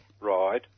Right